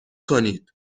کنید